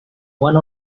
one